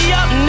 up